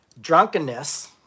Drunkenness